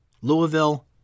Louisville